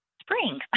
spring